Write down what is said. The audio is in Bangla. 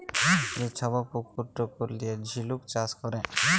যে ছব পুকুর টুকুর লিঁয়ে ঝিলুক চাষ ক্যরে